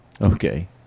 okay